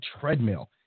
treadmill